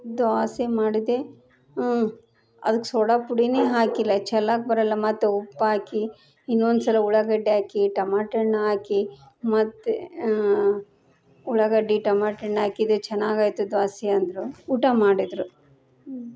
ದೋಸೆ ಮಾಡಿದೆ ಅದಕ್ಕೆ ಸೋಡಾ ಪುಡಿನೇ ಹಾಕಿಲ್ಲ ಚೆಲ್ಲಾಕ್ಕೆ ಬರೋಲ್ಲ ಮತ್ತೆ ಉಪ್ಪು ಹಾಕಿ ಇನ್ನೊಂದು ಸಲ ಉಳ್ಳಾಗಡ್ಡೆ ಹಾಕಿ ಟಮಾಟ್ ಹಣ್ ಹಾಕಿ ಮತ್ತೆ ಉಳ್ಳಾಗಡ್ಡಿ ಟಮಾಟ್ ಹಣ್ ಹಾಕಿದೆ ಚೆನ್ನಾಗಾಯ್ತು ದೋಸೆ ಅಂದರು ಊಟ ಮಾಡಿದರು